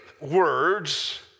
words